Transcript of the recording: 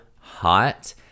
hot